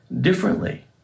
differently